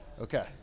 Okay